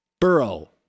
Burrow